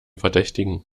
verdächtigen